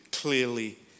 clearly